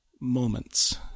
moments